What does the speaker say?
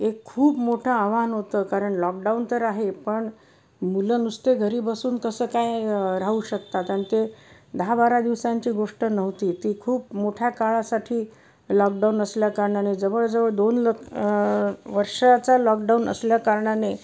एक खूप मोठं आव्हान होतं कारण लॉकडाऊन तर आहे पण मुलं नुसते घरी बसून कसं काय राहू शकतात आणि ते दहा बारा दिवसांची गोष्ट नव्हती ती खूप मोठ्या काळासाठी लॉकडाऊन असल्याकारणाने जवळजवळ दोन ल वर्षाचा लॉकडाऊन असल्याकारणाने